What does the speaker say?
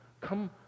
Come